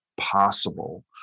possible